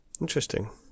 Interesting